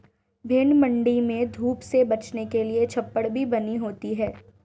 भेंड़ मण्डी में धूप से बचने के लिए छप्पर भी बनी होती है